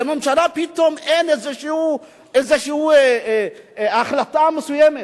לממשלה פתאום אין איזו החלטה מסוימת.